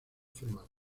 formato